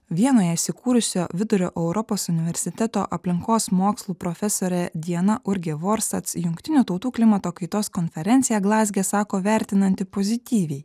vienoje įsikūrusio vidurio europos universiteto aplinkos mokslų profesorė diana urgė vorsats jungtinių tautų klimato kaitos konferenciją glazge sako vertinanti pozityviai